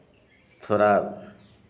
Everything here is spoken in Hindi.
थोड़ा